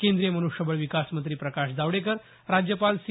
केंद्रीय मन्ष्यबळ विकास मंत्री प्रकाश जावडेकर राज्यपाल सी